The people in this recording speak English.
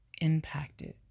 impacted